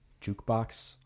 jukebox